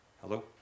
Hello